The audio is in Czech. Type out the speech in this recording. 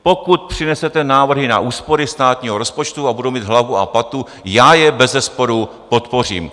Pokud přinesete návrhy na úspory státního rozpočtu a budou mít hlavu a patu, já je bezesporu podpořím.